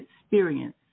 experience